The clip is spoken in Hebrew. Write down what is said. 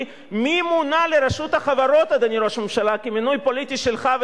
ברוך בואך,